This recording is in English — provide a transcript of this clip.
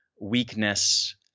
weakness